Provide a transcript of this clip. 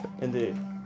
Indeed